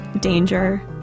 danger